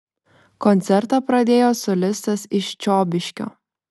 koncertą pradėjo solistas iš čiobiškio